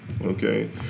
Okay